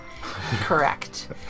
Correct